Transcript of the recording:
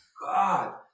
God